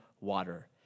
water